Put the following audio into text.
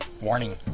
Warning